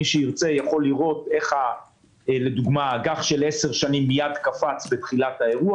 מי שירצה יוכל לראות איך לדוגמה אג"ח של עשר שנים מיד קפץ בתחילת האירוע